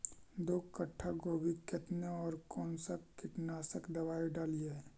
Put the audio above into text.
दो कट्ठा गोभी केतना और कौन सा कीटनाशक दवाई डालिए?